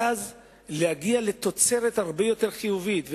ואז להגיע לתוצרת הרבה יותר חיובית.